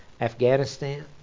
Afghanistan